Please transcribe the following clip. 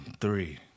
Three